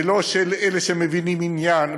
ולא של אלה שמבינים עניין,